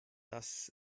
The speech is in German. das